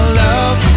love